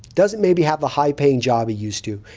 doesn't maybe have the high-paying job he used to,